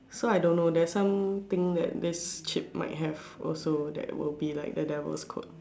so I don't know there is something that his chip might have also that will be like the devil's code